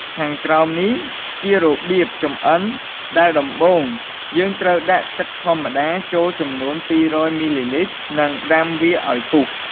ខាងក្រោមនេះ ជារបៀបចម្អិន ដែលដំបូងយើងត្រូវដាក់ទឹកធម្មតាចូលចំនួន២០០មីលីលីត្រ និងដាំវាឱ្យពុះ។